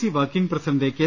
C working president K